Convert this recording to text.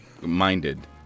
minded